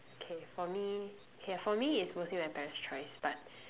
K for me K lah for me it's mostly my parents choice but